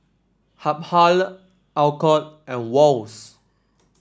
Habhal Alcott and Wall's